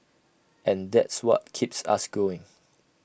and that's what keeps us going